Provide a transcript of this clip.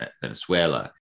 Venezuela